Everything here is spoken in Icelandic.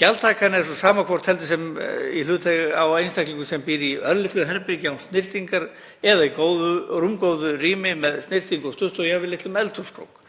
Gjaldtakan er sú sama hvort heldur sem í hlut á einstaklingur sem býr í örlitlu herbergi án snyrtingar eða í rúmgóðu rými með snyrtingu og sturtu og jafnvel litlum eldhúskrók.